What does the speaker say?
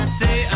say